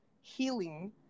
healing